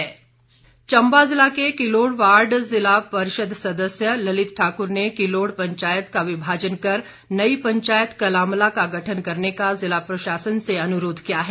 पंचायत गठन चंबा जिला के किलोड़ वार्ड से जिला परिषद सदस्य ललित ठाकुर ने किलोड़ पंचायत का विभाजन कर नई पंचायत कलामला का गठन करने का जिला प्रशासन से अनुरोध किया है